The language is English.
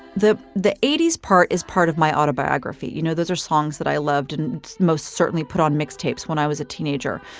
the the eighty s part is part of my autobiography you know, those are songs that i loved and most certainly put on mixtapes when i was a teenager.